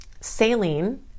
saline